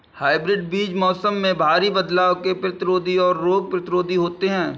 hybrid बीज मौसम में भारी बदलाव के प्रतिरोधी और रोग प्रतिरोधी होते हैं